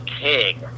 king